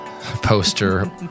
poster